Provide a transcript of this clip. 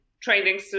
training